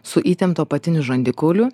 su įtemptu apatiniu žandikauliu